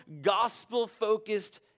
gospel-focused